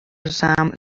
some